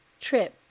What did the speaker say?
trip